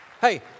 Hey